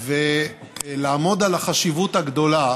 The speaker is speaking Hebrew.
ולעמוד על החשיבות הגדולה